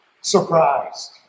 surprised